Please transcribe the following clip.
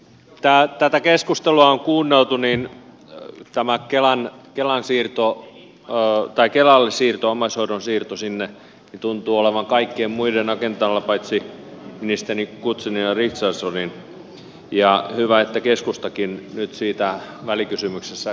kun tätä keskustelua on kuunneltu niin tämä kelaan kelaan siirto on kaikilla omaishoidon tuen siirto kelalle tuntuu olevan kaikkien muiden agendalla paitsi ministeri guzenina richardsonin ja on hyvä että keskustakin nyt siitä välikysymyksessä tivaa